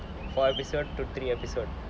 four episode two three episodes